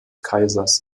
kaisers